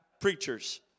preachers